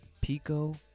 Pico